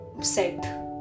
set